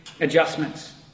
adjustments